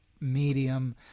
medium